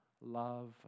love